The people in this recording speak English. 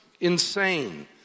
insane